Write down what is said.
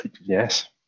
yes